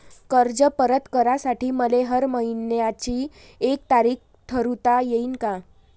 कर्ज परत करासाठी मले हर मइन्याची एक तारीख ठरुता येईन का?